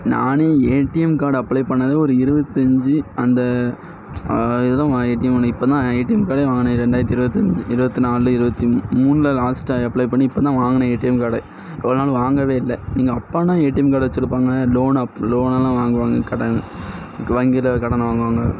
நானே ATM card apply பண்ணது ஒரு இருபத்தஞ்சி அந்த இதுவும் ஏடிஎம் கார்டு இப்போதான் ஏடிஎம் கார்டே வாங்கினேன் ரெண்டாயிரத்தி இருபத் இருபத்தி நாலு இருபத்தி மூ மூணுல லாஸ்டாக அப்ளை பண்ணி இப்போதான் வாங்கினேன் ஏடிஎம் கார்டே இவ்வளோ நாள் வாங்கவே இல்லை எங்கள் அப்பாவெலாம் ஏடிஎம் கார்டு வச்சிருப்பாங்க லோன் ஆப் லோனலாம் வாங்குவாங்க கடன் வங்கியில கடன் வாங்குவாங்க